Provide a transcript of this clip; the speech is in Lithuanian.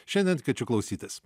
šiandien kviečiu klausytis